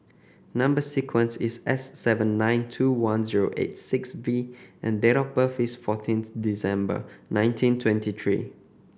number sequence is S seven nine two one zero eight six V and date of birth is fourteenth December nineteen twenty three